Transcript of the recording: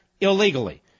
illegally